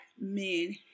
men